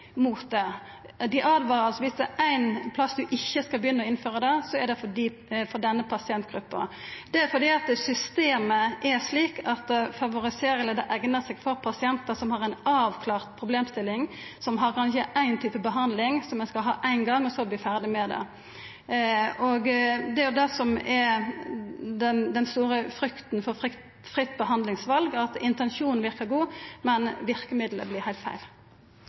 mot det. Dei åtvarar – om det er éin plass ein ikkje skal begynna å innføra dette, er det for denne pasientgruppa. Det er fordi systemet er slik at det favoriserer eller eignar seg for pasientar som har ei avklart problemstilling, som har kanskje ein type behandling som ein skal ha éin gong, og så verta ferdig med det. Det som er den store frykta for fritt behandlingsval, er at intensjonen verkar god, men verkemiddelet vert heilt feil.